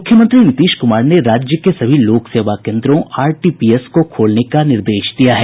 मुख्यमंत्री नीतीश कुमार ने राज्य के सभी लोक सेवा केंद्रों आरटीपीएस को खोलने का निर्देश दिया है